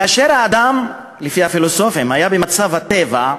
כאשר האדם, לפי הפילוסופים, היה במצב הטבע,